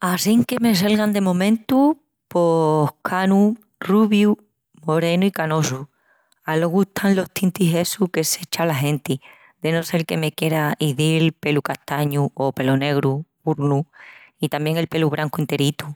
Assín que me selgan de momentu, pos canu, ruviu, morenu i canosu. Alogu están los tintis essus que s’echa la genti. De no sel que me quieras izil pelu castañu o pelunegru, gürnu, i tamién el pelu brancu enteritu.